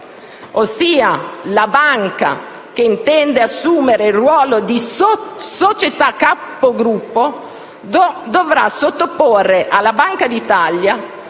la banca che intende assumere il ruolo di società capogruppo dovrà sottoporre alla Banca d'Italia